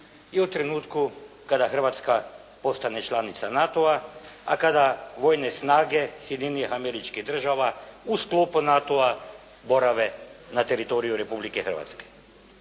i u trenutku kada Hrvatska postane članica NATO-a, a kada vojne snage Sjedinjenih Američkih Država u sklopu NATO-a borave na teritoriju Republike Hrvatske.